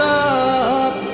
up